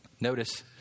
Notice